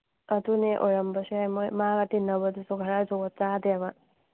ꯑꯗꯨꯅꯦ ꯑꯣꯏꯔꯝꯕꯁꯨ ꯌꯥꯏ ꯃꯈꯣꯏ ꯃꯥꯒ ꯇꯤꯟꯅꯕꯗꯨꯁꯨ ꯈꯔ ꯖꯨꯒꯣꯠ ꯆꯥꯗꯦꯕ